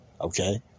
Okay